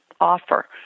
Offer